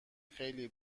خیلی